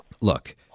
Look